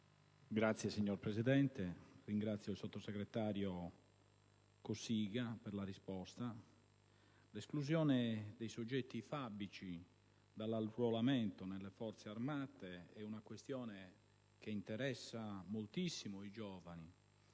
*(PdL)*. Signor Presidente, ringrazio il sottosegretario Cossiga per la sua risposta. L'esclusione dei soggetti fabici dall'arruolamento nelle Forze armate è una questione che interessa moltissimo i giovani